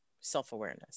self-awareness